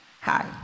Hi